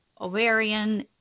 ovarian